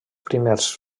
primers